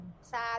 sad